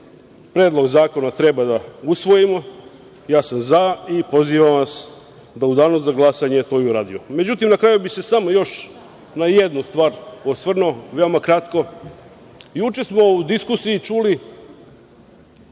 predlog zakona treba da usvojimo. Ja sam za i pozivam vas da u danu za glasanje to i uradimo.Međutim, na kraju bih se samo još na jednu stvar osvrnuo, veoma kratko. Juče smo u diskusiji čuli,